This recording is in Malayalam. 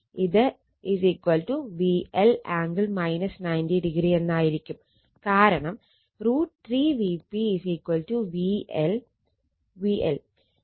ഇത് VL ആംഗിൾ 90o എന്നായിരിക്കും കാരണം √ 3 Vp VL